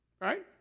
Right